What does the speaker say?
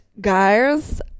guys